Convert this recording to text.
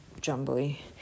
jumbly